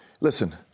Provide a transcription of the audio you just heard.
Listen